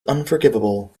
unforgivable